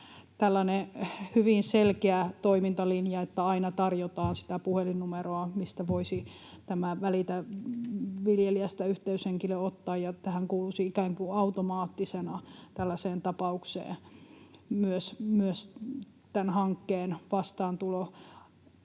tällainen hyvin selkeä toimintalinja, että aina tarjotaan sitä puhelinnumeroa, mistä voisi tämän Välitä viljelijästä ‑yhteyshenkilön tavoittaa, ja kuuluisi ikään kuin automaattisena tällaiseen tapaukseen myös tämän hankkeen vastaantulo.